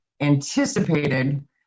anticipated